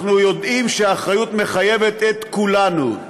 אנחנו יודעים שהאחריות מחייבת את כולנו.